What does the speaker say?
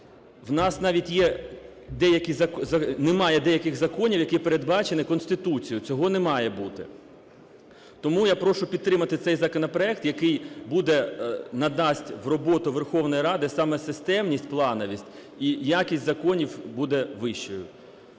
У нас навіть є деякі… немає деяких законів, які передбачені Конституцією. Цього не має бути. Тому я прошу підтримати цей законопроект, який буде, надасть в роботу Верховної Ради саме системність, плановість. І якість законів буде вищою.